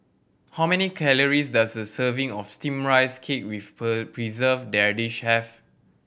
how many calories does a serving of Steamed Rice Cake with Preserved Radish have